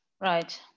Right